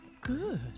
Good